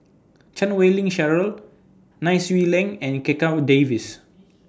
Chan Wei Ling Cheryl Nai Swee Leng and Checha Davies